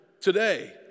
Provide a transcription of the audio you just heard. today